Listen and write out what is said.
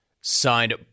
Signed